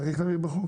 צריך להבהיר בחוק?